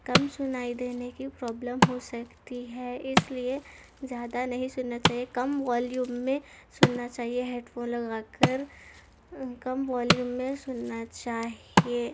کم سنائی دینے کی پروبلم ہو سکتی ہے اس لیے زیادہ نہیں سننا چاہیے کم ویلیوم میں سننا چاہیے ہیڈ فون لگا کر کم ویلیوم میں سننا چاہیے